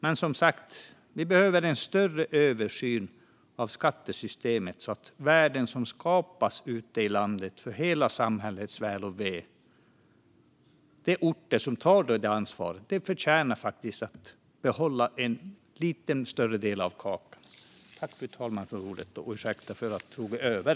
Men vi behöver en större översyn av skattesystemet så att de orter i landet som tar ansvar och skapar de värden som gynnar hela samhällets väl och ve får behålla en lite större del av den kaka de förtjänar.